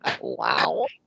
Wow